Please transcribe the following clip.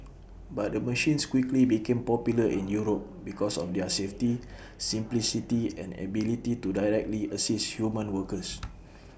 but the machines quickly became popular in Europe because of their safety simplicity and ability to directly assist human workers